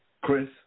Chris